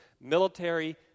military